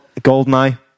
Goldeneye